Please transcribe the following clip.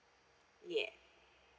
yeah